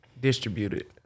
distributed